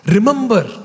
Remember